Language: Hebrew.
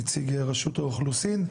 נציג רשות האוכלוסין,